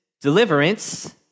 deliverance